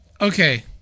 Okay